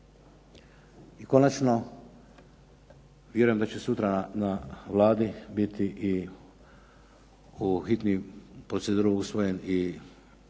I konačno, vjerujem da će sutra na Vladi biti i u hitnu proceduru usvojen